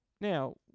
Now